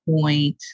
point